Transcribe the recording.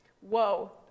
Whoa